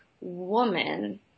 woman